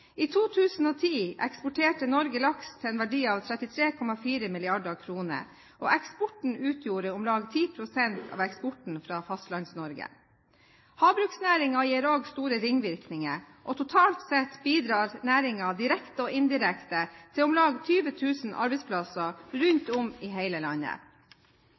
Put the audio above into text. I 2010 eksporterte Norge laks til en verdi av 33,4 mrd. kr, og eksporten utgjorde om lag 10 pst. av eksporten fra Fastlands-Norge. Havbruksnæringen gir også store ringvirkninger, og totalt sett bidrar næringen direkte og indirekte til om lag 20 000 arbeidsplasser rundt om i hele landet.